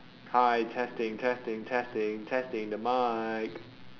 hi testing testing testing testing the mic